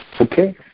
Okay